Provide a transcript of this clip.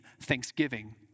thanksgiving